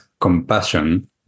compassion